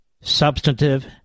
substantive